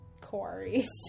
quarries